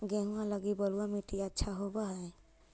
गेहुआ लगी बलुआ मिट्टियां अच्छा होव हैं?